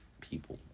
people